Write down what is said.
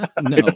No